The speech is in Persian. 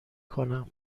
کنم